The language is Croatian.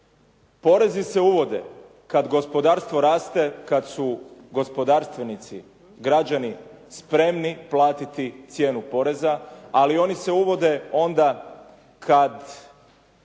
Porezi se uvode kad gospodarstvo raste, kad su gospodarstvenici, građani spremni platiti cijenu poreza, ali oni se uvode onda kad